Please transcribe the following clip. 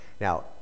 Now